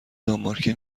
دانمارکی